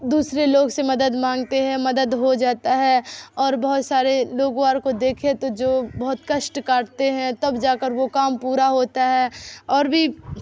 دوسرے لوگ سے مدد مانگتے ہیں مدد ہو جاتا ہے اور بہت سارے لوگ اور کو دیکھے تو جو بہت کشٹ کاٹتے ہیں تب جا کر وہ کام پورا ہوتا ہے اور بھی